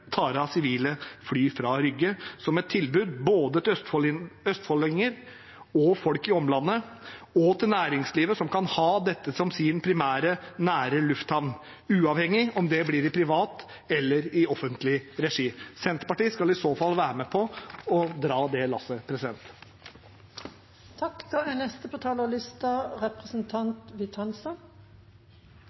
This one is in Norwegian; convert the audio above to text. sivile fly fra Rygge som et tilbud både til østfoldinger, folk i omlandet og næringslivet, som kan ha dette som sin primære, nære lufthavn, uavhengig av om det blir i privat eller i offentlig regi. Senterpartiet skal i så fall være med på å dra det lasset. Som østfolding er jeg glad for at Moss lufthavn Rygge kommer på